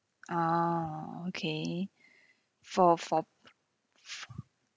ah okay for for